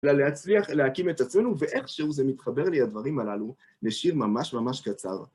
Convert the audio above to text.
ולהצליח להקים את עצמנו, ואיכשהו זה מתחבר לי, הדברים הללו, לשיר ממש ממש קצר.